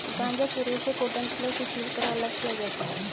गांजा के रेशे को डंठलों से छीलकर अलग किया जाता है